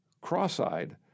Cross-eyed